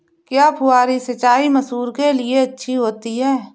क्या फुहारी सिंचाई मसूर के लिए अच्छी होती है?